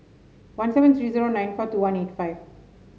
one seven three zero nine four two one eight five